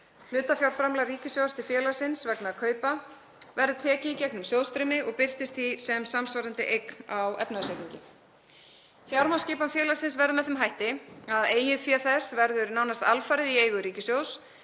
Hlutafjárframlag ríkissjóðs til félagsins vegna kaupa verður tekið í gegnum sjóðstreymi og birtist því sem samsvarandi eign á efnahagsreikningi. Fjármagnsskipan félagsins verður með þeim hætti að eigið fé þess verður nánast alfarið í eigu ríkissjóðs